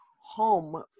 home